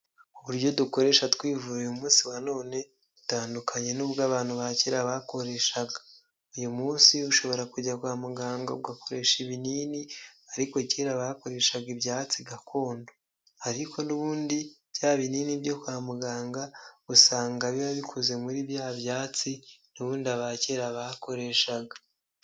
Uburyo dukoresha twivura uyumunsi wa none, butandukanye n'ubwo abantu bakera bakoreshaga, uyu munsi ushobora kujya kwa muganga ugakoresha ibinini, ariko kera bakoreshaga ibyatsi gakondo, ariko nubundi bya binini byo kwa muganga usanga biba bikoze muri bya byatsi nubundi aba kera bakoreshaga.